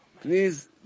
Please